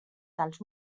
dels